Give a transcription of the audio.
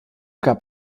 gab